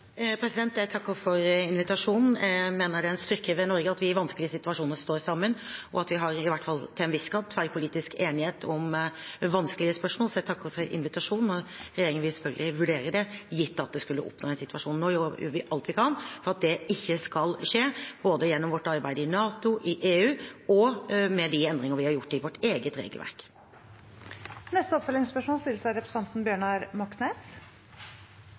Jeg takker for invitasjonen. Jeg mener det er en styrke ved Norge at vi i vanskelige situasjoner står sammen, og at vi – i hvert fall til en viss grad – har tverrpolitisk enighet om vanskelige spørsmål. Så jeg takker for invitasjonen. Regjeringen vil selvfølgelig vurdere det, gitt at det skulle oppstå en situasjon. Nå gjør vi alt vi kan for at det ikke skal skje, både gjennom vårt arbeid i NATO og i EU og med de endringer vi har gjort i vårt eget regelverk. Bjørnar Moxnes – til oppfølgingsspørsmål.